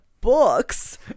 books